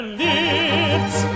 lips